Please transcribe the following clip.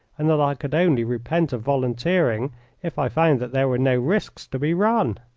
and that i could only repent of volunteering if i found that there were no risks to be run.